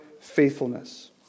faithfulness